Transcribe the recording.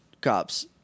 cops